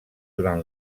durant